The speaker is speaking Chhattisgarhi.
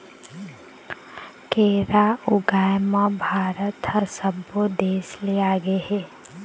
केरा ऊगाए म भारत ह सब्बो देस ले आगे हे